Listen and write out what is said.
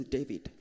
David